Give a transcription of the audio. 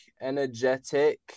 energetic